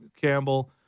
Campbell